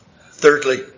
Thirdly